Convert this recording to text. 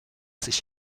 sich